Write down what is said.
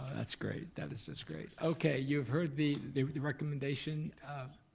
that's great, that is just great. okay, you have heard the recommendation.